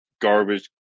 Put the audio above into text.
garbage